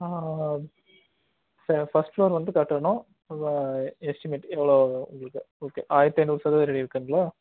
ஆ sir first floor வந்து கட்டணும் அதான் எஸ்டிமேட் எவ்வளோ வரும் உங்களுக்கு ஓகே ஆயிரத்து ஐந்நூறு சதுர அடி இருக்குங்களா